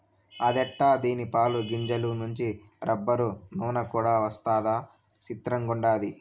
అదెట్టా దీని పాలు, గింజల నుంచి రబ్బరు, నూన కూడా వస్తదా సిత్రంగుండాది